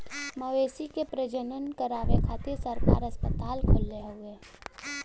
मवेशी के प्रजनन करावे खातिर सरकार अस्पताल खोलले हउवे